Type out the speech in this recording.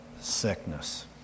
sickness